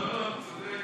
לא, הוא צודק.